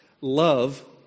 Love